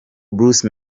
bruce